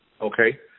okay